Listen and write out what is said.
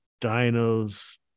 dinos